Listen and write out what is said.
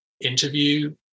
interview